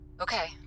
Okay